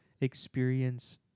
experience